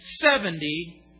seventy